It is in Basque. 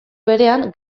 berean